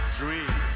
dream